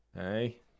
Hey